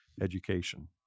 education